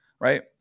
right